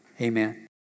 Amen